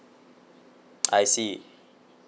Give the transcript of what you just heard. I see